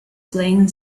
playing